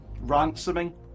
ransoming